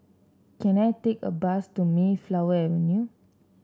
can I take a bus to Mayflower Avenue